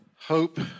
Hope